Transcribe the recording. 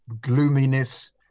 Gloominess